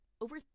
over